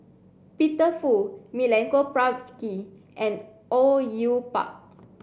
Peter Fu Milenko Prvacki and Au Yue Pak